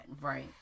Right